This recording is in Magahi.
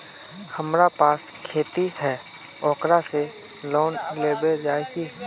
हमरा पास खेती है ओकरा से लोन मिलबे जाए की?